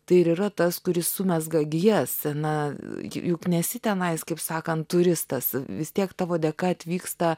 tai ir yra tas kuris sumezga gijas na juk nesi tenais kaip sakant turistas vis tiek tavo dėka atvyksta